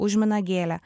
užmina gėlę